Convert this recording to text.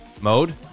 Mode